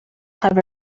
have